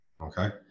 Okay